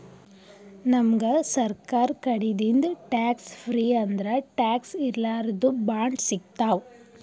ನಮ್ಗ್ ಸರ್ಕಾರ್ ಕಡಿದಿಂದ್ ಟ್ಯಾಕ್ಸ್ ಫ್ರೀ ಅಂದ್ರ ಟ್ಯಾಕ್ಸ್ ಇರ್ಲಾರ್ದು ಬಾಂಡ್ ಸಿಗ್ತಾವ್